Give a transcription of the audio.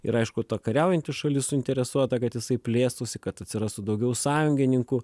ir aišku ta kariaujanti šalis suinteresuota kad jisai plėstųsi kad atsirastų daugiau sąjungininkų